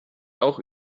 auch